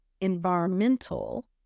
environmental